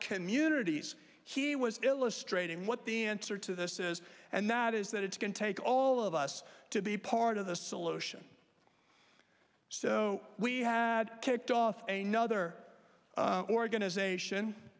communities he was illustrating what the answer to this is and that is that it's going take all of us to be part of the solution so we had kicked off a nother organization